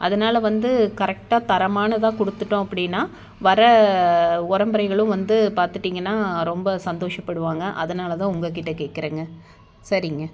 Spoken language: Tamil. அதனால வந்து கரெக்டாக தரமானதாக கொடுத்துவிட்டோம் அப்படின்னா வர்ற உறவுமுறைகளும் வந்து பார்த்துட்டிங்கன்னா ரொம்ப சந்தோஷப்படுவாங்க அதனாலதான் உங்கக்கிட்ட கேட்குறேங்க சரிங்க